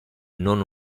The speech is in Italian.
non